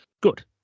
Good